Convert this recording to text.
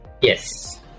Yes